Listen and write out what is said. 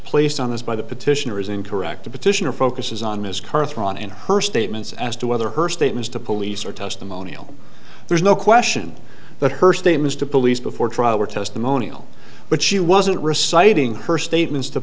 placed on this by the petitioner is incorrect the petitioner focuses on ms carthon in her statements as to whether her statements to police or testimonial there's no question that her statements to police before trial were testimonial but she wasn't reciting her statements to